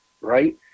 right